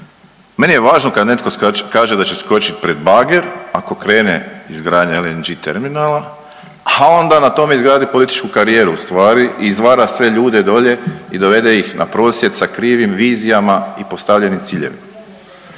Meni je važno kad netko kaže da će skočit pred bager, ako krene izgradnja LNG terminala, a onda na tome izgradi političku karijeru ustvari i izvara sve ljude dolje i dovede ih na prosvjed sa krivim vizijama i postavljenim ciljevima.